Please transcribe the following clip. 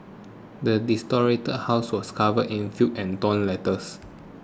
the desolated house was covered in filth and torn letters